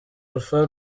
alpha